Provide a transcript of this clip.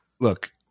look